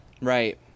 Right